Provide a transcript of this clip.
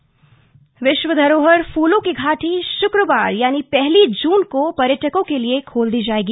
फूलों की घाटी विश्व धरोहर फूलों की घाटी शुक्रवार यानि पहली जून को पर्यटकों के लिए खोल दी जाएगी